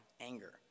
anger